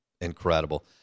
incredible